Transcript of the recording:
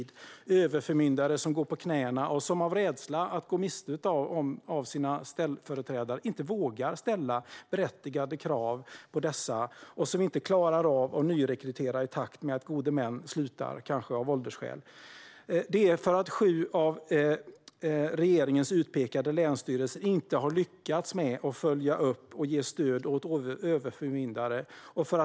Det finns överförmyndare som går på knäna och som av rädsla att gå miste om ställföreträdare inte vågar ställa berättigade krav på dessa och inte heller klarar av att nyrekrytera i takt med att gode män slutar, kanske av åldersskäl. Detta beror på att sju av regeringens utpekade länsstyrelser inte har lyckats med att följa upp och ge stöd åt överförmyndare.